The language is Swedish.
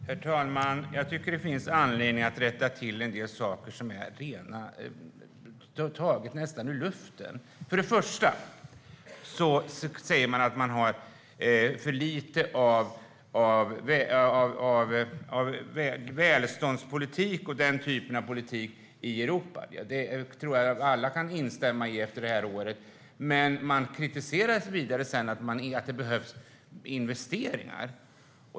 Herr talman! Jag tycker att det finns anledning att rätta till en del saker som är tagna nästan ur luften. För det första säger Håkan Svenneling att det finns för lite av välståndspolitik och den typen av politik i Europa. Det tror jag att alla kan instämma i efter det här året. Men sedan kritiserar han att det behövs investeringar.